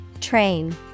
Train